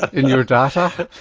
in your data?